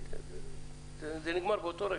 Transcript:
תבינו.